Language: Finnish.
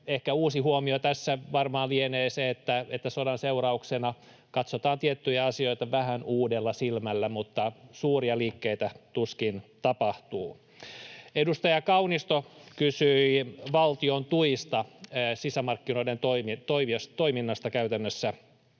Ehkä se uusi huomio tässä varmaan lienee se, että sodan seurauksena katsotaan tiettyjä asioita vähän uudella silmällä, mutta suuria liikkeitä tuskin tapahtuu. Edustaja Kaunisto kysyi valtion tuista, sisämarkkinoiden toiminnasta käytännössä,